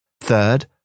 Third